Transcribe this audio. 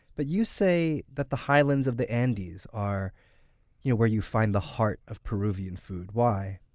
but you say that the highlands of the andes are you know where you find the heart of peruvian food. why?